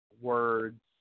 Words